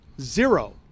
zero